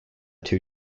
two